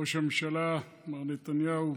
ראש הממשלה מר נתניהו,